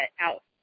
out